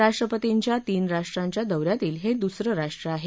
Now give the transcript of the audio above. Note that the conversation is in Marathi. राष्ट्रपतींच्या तीन राष्ट्रांच्या दौ यातील हे दुसरं राष्ट्र आहे